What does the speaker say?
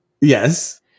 Yes